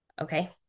Okay